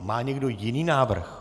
Má někdo jiný návrh?